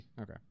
Okay